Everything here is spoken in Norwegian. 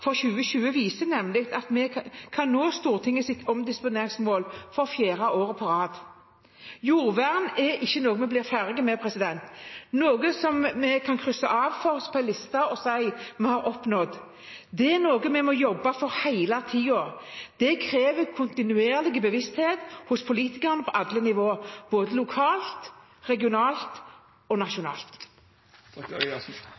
2020 viser nemlig at vi kan nå Stortingets omdisponeringsmål for fjerde år på rad. Jordvern er ikke noe vi blir ferdig med, noe vi kan krysse av på en liste og si at vi har oppnådd. Det er noe vi må jobbe for hele tiden. Det krever en kontinuerlig bevissthet hos politikere på alle nivåer, både lokalt, regionalt og